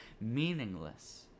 meaningless